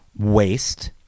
Waste